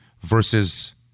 versus